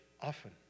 often